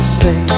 say